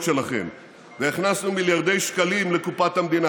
שלכם והכנסנו מיליארדי שקלים לקופת המדינה,